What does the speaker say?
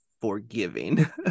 forgiving